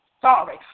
sorry